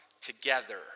together